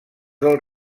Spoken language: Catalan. del